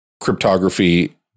cryptography